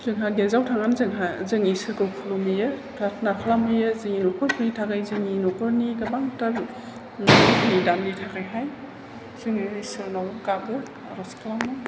जोंहा गिर्जायाव थांनानै जोंहा जों इसोरखौ खुलुमहैयो प्राथना खालामहैयो जोंनि न'खरफोरनि थाखाय जोंनि न'खरनि गोबांथार निदाननि थाखाय हाय जोङो इसोरनाव गाबो आर'ज खालामो